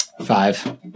Five